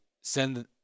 send